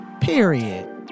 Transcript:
Period